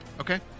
Okay